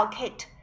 Kate